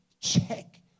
check